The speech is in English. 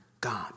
God